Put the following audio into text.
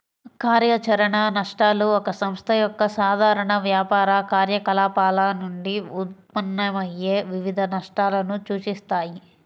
కార్యాచరణ నష్టాలు ఒక సంస్థ యొక్క సాధారణ వ్యాపార కార్యకలాపాల నుండి ఉత్పన్నమయ్యే వివిధ నష్టాలను సూచిస్తాయి